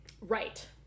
Right